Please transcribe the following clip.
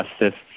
assists